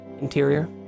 interior